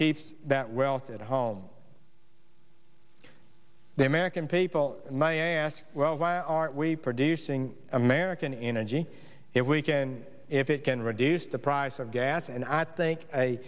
keeps that wealth at home the american people and i ask well why aren't we producing american energy if we can if it can reduce the price of gas and i think